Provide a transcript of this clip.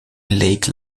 lake